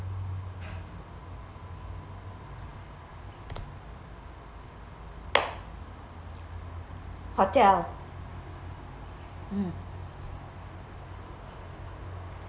hotel